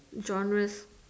genres